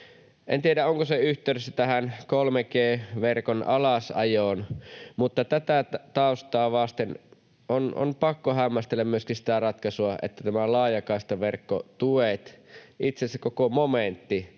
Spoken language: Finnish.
En tiedä, onko se yhteydessä tähän 3G-verkon alasajoon, mutta tätä taustaa vasten on pakko hämmästellä myöskin sitä ratkaisua, että nämä laajakaistaverkkotuet, itse asiassa koko momentti,